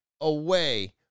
away